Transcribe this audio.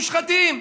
מושחתים.